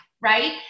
right